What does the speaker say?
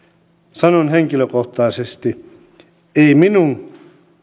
sanon henkilökohtaisesti ei minun